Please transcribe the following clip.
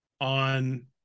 on